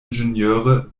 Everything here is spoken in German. ingenieure